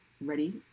ready